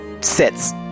sits